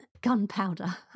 Gunpowder